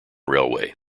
railway